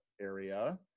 area